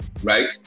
right